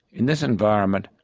in this environment,